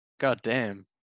goddamn